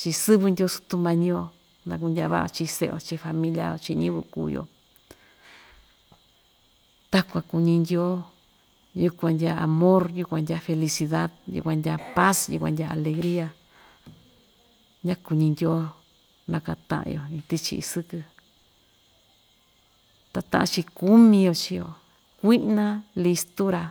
chii sɨvɨ ndyoo sutumañi‑yo naa kundyaa vaꞌa‑yo chiꞌin seꞌe‑yo chiꞌin familia‑yo chiꞌin ñiyɨvɨ kuu‑yo takuan kuñi ndyoo yukuan ndyaa amor yukuan ndyaa felicidad yukuan ndyaa paz yukuan ndyaa alegria ñakuñi ndyoo na‑kataꞌa‑yo ta taꞌan‑chi kumi‑yo chii‑yo, kuiꞌna listura